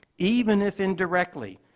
even if indirectly,